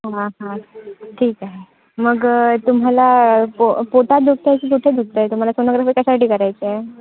ठीक आहे मग तुम्हाला पो पोटात दुखत आहे की कुठे दुखत आहे तुम्हाला सोनोग्राफी कशासाठी करायची आहे